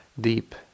deep